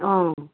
অঁ